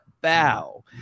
bow